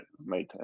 made